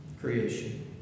creation